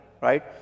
right